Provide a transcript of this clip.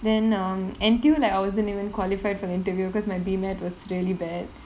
then um N_T_U like I wasn't even qualified for the interview because my B_M_A_T was really bad